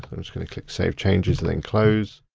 but i'm just gonna click save changes then close.